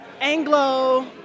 Anglo